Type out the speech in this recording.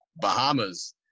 Bahamas